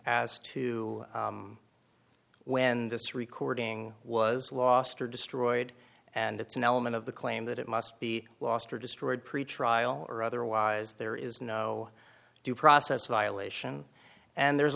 as to when this recording was lost or destroyed and it's an element of the claim that it must be lost or destroyed pretrial or otherwise there is no due process violation and there's